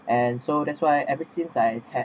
and so that's why ever since I had